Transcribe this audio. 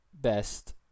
best